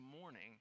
morning